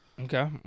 Okay